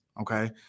okay